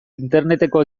interneteko